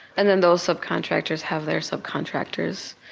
and then those subcontractors have their subcontractors,